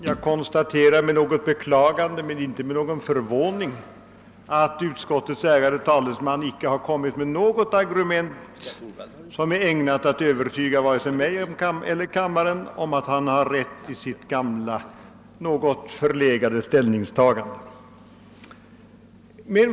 Herr talman! Jag konstaterar med något beklagande men inte med någon förvåning, att utskottets ärade talesman icke har kommit med något argument som är ägnat att övertyga vare sig mig eller kammaren om att han har rätt i sitt gamla, något förlegade ställningstagande.